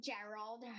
Gerald